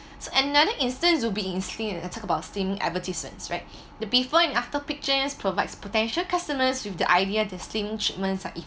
so another instance would be in slim~ talk about slimming advertisements right the before and after pictures provides potential customers with the idea distinct treatments are